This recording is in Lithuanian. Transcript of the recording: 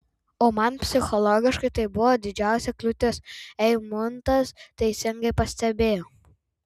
o man psichologiškai tai buvo didžiausia kliūtis eimuntas teisingai pastebėjo